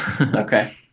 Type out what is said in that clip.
Okay